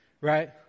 right